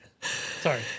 Sorry